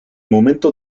momento